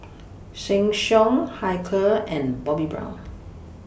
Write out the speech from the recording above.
Sheng Siong Hilker and Bobbi Brown